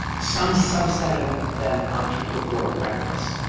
some subset of them are people who are reckless.